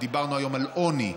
ודיברנו היום על עוני,